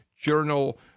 Journal